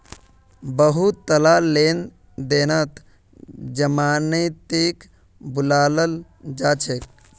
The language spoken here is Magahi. बहुतला लेन देनत जमानतीक बुलाल जा छेक